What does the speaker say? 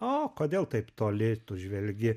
o kodėl taip toli tu žvelgi